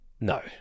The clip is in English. no